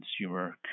consumer